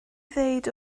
ddweud